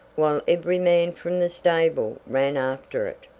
while every man from the stable ran after it.